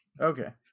Okay